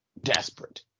desperate